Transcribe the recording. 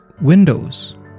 windows